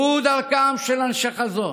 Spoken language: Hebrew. זו דרכם של אנשי חזון.